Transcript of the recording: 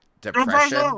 depression